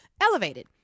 elevated